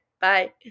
bye